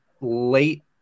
late